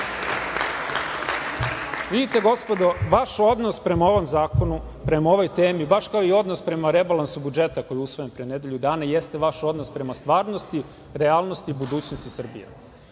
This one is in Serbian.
ništa. Vidite, gospodo, vaš odnos prema ovom zakonu, prema ovoj temi, baš kao i odnos prema rebalansu budžeta koji je usvojen pre nedelju dana jeste vaš odnos prema stvarnosti, realnosti, budućnosti Srbije.